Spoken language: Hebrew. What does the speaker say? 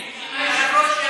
אני לא אישרתי.